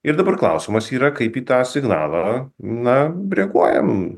ir dabar klausimas yra kaip į tą signalą na reaguojam